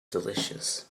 delicious